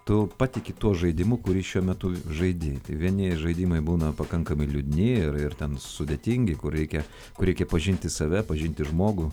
tu patiki tuo žaidimu kurį šiuo metu žaidi tai vieni žaidimai būna pakankamai liūdni ir ir ten sudėtingi kur reikia kur reikia pažinti save pažinti žmogų